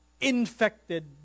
infected